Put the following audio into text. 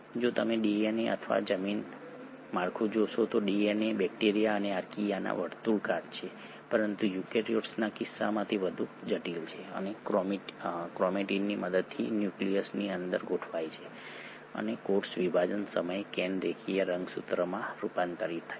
જો તમે ડીએનએ અથવા જનીન માળખું જોશો તો ડીએનએ બેક્ટેરિયા અને આર્કીયામાં વર્તુળાકાર છે પરંતુ યુકેરીયોટ્સના કિસ્સામાં તે વધુ જટિલ છે અને ક્રોમેટીનની મદદથી ન્યુક્લિયસની અંદર ગોઠવાય છે અને કોષ વિભાજન સમયે કેન રેખીય રંગસૂત્રોમાં રૂપાંતરિત થાય છે